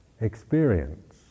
experience